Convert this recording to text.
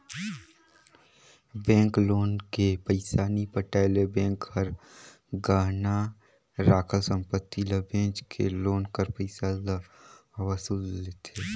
bank loan के पइसा नी पटाए ले बेंक हर गहना राखल संपत्ति ल बेंच के लोन कर पइसा ल वसूल लेथे